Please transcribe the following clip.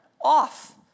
off